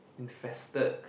infested